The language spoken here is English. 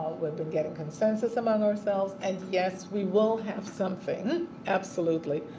we've been getting consensus among ourselves and yes we will have something absolutely.